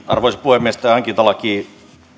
arvoisa puhemies tämä hankintalaki